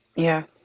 yeah.